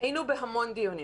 היינו בהמון דיונים,